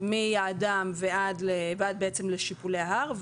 מיעדם ועד לשיפולי ההר.